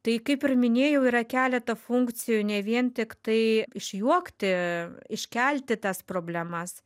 tai kaip ir minėjau yra keleta funkcijų ne vien tiktai išjuokti iškelti tas problemas